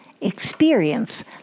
Experience